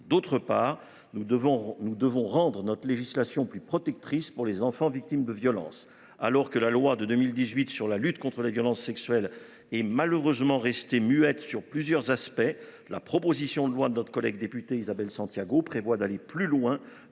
D’autre part, nous devons rendre notre législation plus protectrice pour les enfants victimes de violences. La loi de 2018 renforçant la lutte contre les violences sexuelles et sexistes est malheureusement restée muette sur plusieurs aspects ; la proposition de loi de notre collègue députée Isabelle Santiago entend donc aller plus loin,